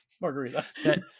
margarita